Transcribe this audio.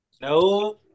No